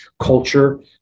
culture